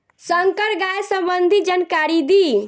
संकर गाय सबंधी जानकारी दी?